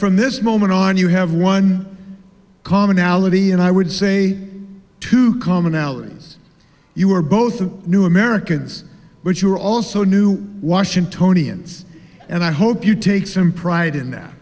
from this moment on you have one commonality and i would say to commonalities you are both a new americans but you are also new washingtonians and i hope you take some pride in that